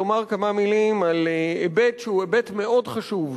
לומר כמה מלים על היבט מאוד חשוב,